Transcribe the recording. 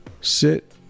sit